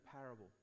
parable